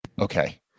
okay